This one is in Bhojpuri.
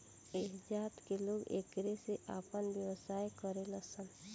ऐह जात के लोग एकरे से आपन व्यवसाय करेलन सन